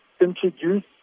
introduce